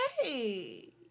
hey